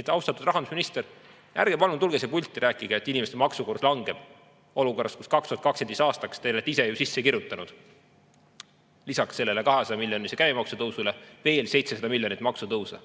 et, austatud rahandusminister, ärge palun tulge siia pulti rääkima, et inimeste maksukoormus langeb, olukorras, kus 2025. aastaks te olete ise ju sisse kirjutanud lisaks sellele 200‑miljonilisele käibemaksutõusule veel 700 miljonit [makse ja] maksutõuse.